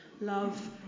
love